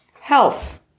health